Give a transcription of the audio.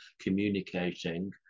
communicating